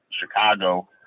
Chicago